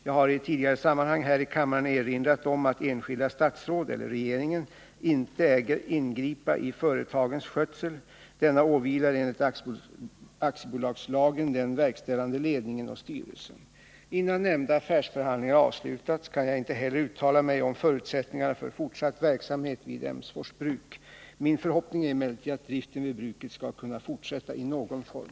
Jag har i tidigare sammanhang här i kammaren erinrat om att enskilda statsråd — eller regeringen — inte äger ingripa i företagens skötsel. Denna åvilar enligt aktiebolagslagen den verkställande ledningen och styrelsen. Innan nämnda affärsförhandlingar avslutats kan jag inte heller uttala mig om förutsättningarna för fortsatt verksamhet vid Emsfors bruk. Min förhoppning är emellertid att driften vid bruket skall kunna fortsätta i någon form.